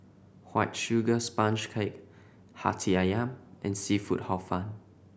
White Sugar Sponge Cake Hati Ayam and seafood Hor Fun